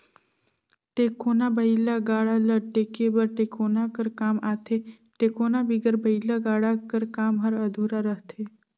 टेकोना बइला गाड़ा ल टेके बर टेकोना कर काम आथे, टेकोना बिगर बइला गाड़ा कर काम हर अधुरा रहथे